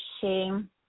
shame